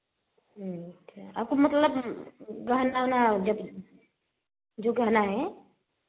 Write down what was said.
आपको मतलब गहना वहना जब जो गहना है